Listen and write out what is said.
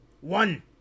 One